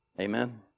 Amen